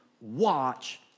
watch